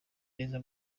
neza